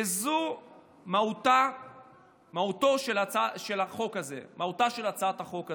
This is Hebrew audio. וזו מהותה של הצעת החוק הזאת.